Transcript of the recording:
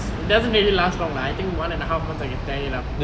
you never need to last long lah I think one and a half months I can tear it lah